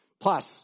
plus